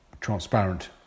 transparent